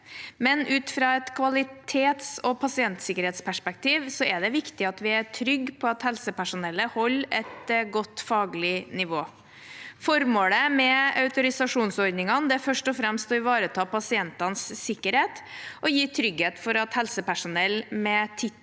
ut fra et kvalitets- og pasientsikkerhetsperspektiv er det viktig at vi er trygge på at helsepersonellet holder et godt faglig nivå. Formålet med autorisasjonsordningene er først og fremst å ivareta pasientenes sikkerhet, og å gi trygghet for at helsepersonell med en tittel